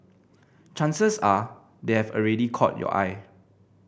chances are they have already caught your eye